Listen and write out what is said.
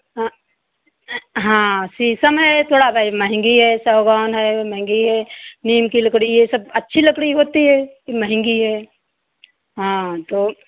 हाँ हाँ शीशम है थोड़ा भाई महंगी है सागौन है महंगी है नीम की लकड़ी ये सब अच्छी लकड़ी होती है तो महंगी है हाँ तो